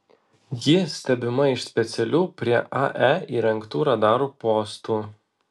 ji stebima iš specialių prie ae įrengtų radarų postų